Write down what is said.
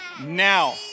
Now